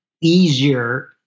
easier